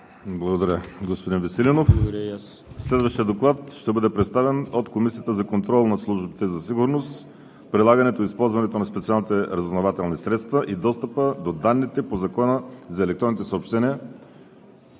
Благодаря, господин Веселинов. Следващият Доклад е на Комисията за контрол над службите за сигурност, прилагането и използването на специалните разузнавателни средства и достъпа до данните по Закона за електронните съобщения